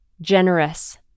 generous